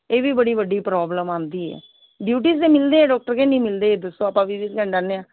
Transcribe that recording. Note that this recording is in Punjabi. ਇਹ ਵੀ ਬੜੀ ਵੱਡੀ ਪ੍ਰੋਬਲਮ ਆਉਂਦੀ ਹੈ ਡਿਊਟੀਜ਼ 'ਤੇ ਮਿਲਦੇ ਹੈ ਡੋਕਟਰ ਕਿ ਨਹੀਂ ਮਿਲਦੇ ਇਹ ਦੱਸੋ ਆਪਾਂ ਵਿਜਿਟ ਕਰਨ ਜਾਂਦੇ ਹਾਂ